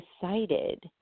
decided